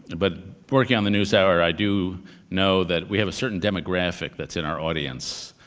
but working on the newshour, i do know that we have a certain demographic that's in our audience,